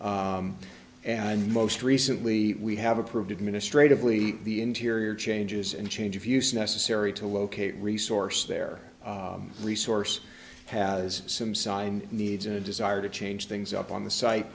and most recently we have approved administratively the interior changes and change of use necessary to locate resource there resource has some sign needs and a desire to change things up on the si